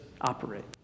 operate